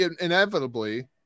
inevitably